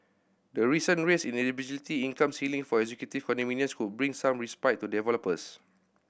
the recent raise in eligibility income ceiling for executive condominiums could bring some respite to developers